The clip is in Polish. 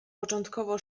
początkowo